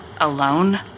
alone